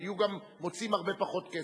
היו גם מוציאים הרבה פחות כסף,